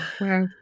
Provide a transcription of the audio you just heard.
Wow